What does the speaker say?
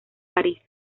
parís